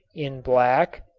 in black,